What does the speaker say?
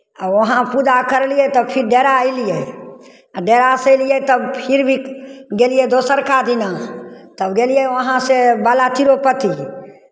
आ वहाँ पूजा करेलियै तऽ फेर डेरा अयलियै आ डेरासँ अयलियै तऽ फिर भी गेलियै दोसरका दिना तब गेलियै वहाँसँ बाला तिरुपति